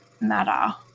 matter